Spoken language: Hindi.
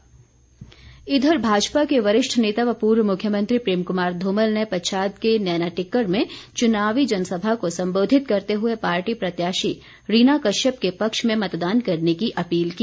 धुमल इस बीच भाजपा के वरिष्ठ नेता व पूर्व मुख्यमंत्री प्रेम कुमार धूमल ने पच्छाद के नैनाटिक्कर में चुनावी जनसभा को संबोधित करते हए पार्टी प्रत्याशी रीना कश्यप के पक्ष में मतदान करने की अपील की